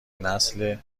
نسل